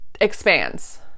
expands